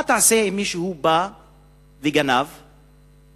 מה תעשה אם מישהו בא וגונב אצלך?